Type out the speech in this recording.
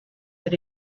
that